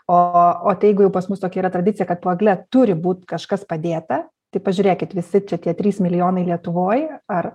o o tai jeigu jau pas mus tokia yra tradicija kad po egle turi būt kažkas padėta tai pažiūrėkit visi čia tie trys milijonai lietuvoj ar